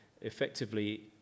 effectively